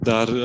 Dar